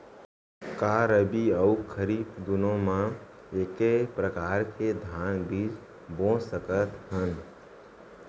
का रबि अऊ खरीफ दूनो मा एक्के प्रकार के धान बीजा बो सकत हन?